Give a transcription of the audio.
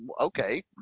okay